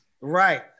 Right